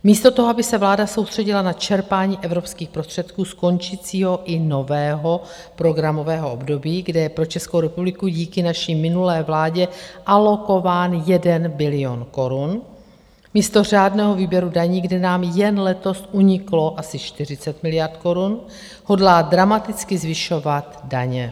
Místo toho, aby se vláda soustředila na čerpání evropských prostředků z končícího i nového programového období, kde je pro Českou republiku díky naší minulé vládě alokován jeden bilion korun, místo řádného výběru daní, kde nám jen letos uniklo asi 40 miliard korun, hodlá dramaticky zvyšovat daně.